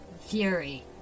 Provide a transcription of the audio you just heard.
fury